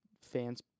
fan's